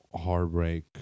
heartbreak